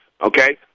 Okay